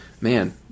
man